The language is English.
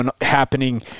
happening